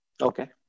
Okay